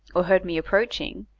or heard me approaching,